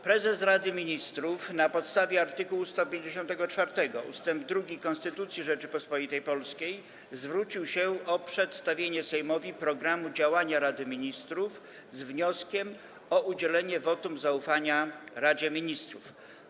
Prezes Rady Ministrów, na podstawie art. 154 ust. 2 Konstytucji Rzeczypospolitej Polskiej, zwrócił się o przedstawienie Sejmowi programu działania Rady Ministrów z wnioskiem o udzielenie wotum zaufania Radzie Ministrów.